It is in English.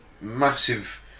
massive